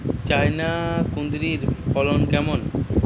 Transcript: China কুঁদরীর ফলন কেমন?